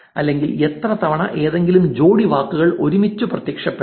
അല്ലെങ്കിൽ എത്ര തവണ ഏതെങ്കിലും ജോഡി വാക്കുകൾ ഒരുമിച്ച് പ്രത്യക്ഷപ്പെട്ടു